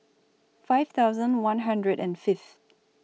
five thousand one hundred and Fifth